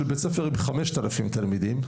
של בית ספר עם 5,000 תלמידים,